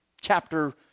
chapter